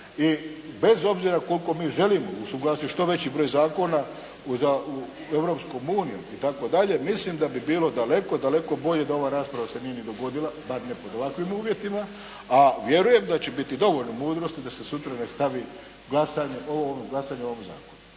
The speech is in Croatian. i bez obzira koliko mi želimo uz suglasje što veći broj zakona sa Europskom unijom itd. mislim da bi bilo daleko bolje da ova rasprava se nije dogodila bar ne pod ovakvim uvjetima. A vjerujem da će biti dovoljno mudrosti da se sutra nastavi glasanje o ovom zakonu